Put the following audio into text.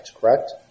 Correct